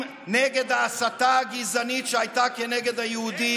נגד ההסתה הגזענית שהייתה כנגד היהודים,